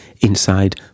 inside